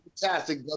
fantastic